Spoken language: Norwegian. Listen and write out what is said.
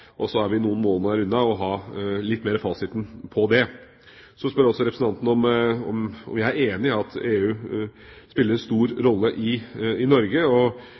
vi noen måneder unna å ha en nærmere fasit på det. Så spør også representanten om jeg er enig i at EU spiller en stor rolle i Norge. Som vår største og